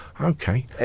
okay